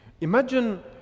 Imagine